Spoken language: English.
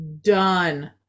done